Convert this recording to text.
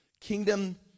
kingdom